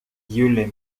юлия